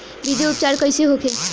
बीजो उपचार कईसे होखे?